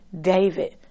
David